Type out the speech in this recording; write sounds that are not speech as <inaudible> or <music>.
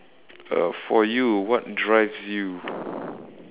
uh for you what drives you <breath>